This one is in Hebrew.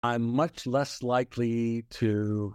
♪ I'm much less likely to... ♪